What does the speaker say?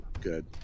good